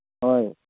ꯍꯣꯏ